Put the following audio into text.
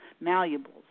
malleable